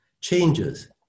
changes